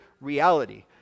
reality